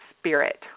spirit